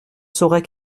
saurais